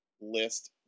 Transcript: list